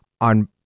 on